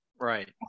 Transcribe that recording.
Right